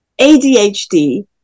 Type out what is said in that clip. ADHD